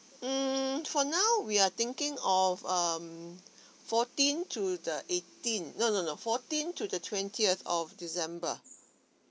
mm for now we are thinking of um fourteen to the eighteen no no no fourteen to the twentieth of december